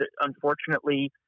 unfortunately